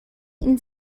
این